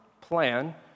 plan